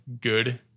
good